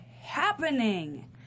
happening